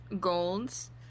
golds